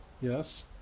Yes